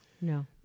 no